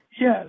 Yes